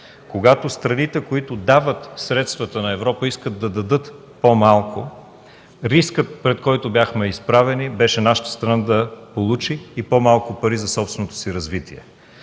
когато страните, които дават средствата на Европа, искат да дадат по-малко, рискът, пред който бяхме изправени, беше нашата страна да получи и по-малко пари за собственото си развитие.